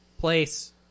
place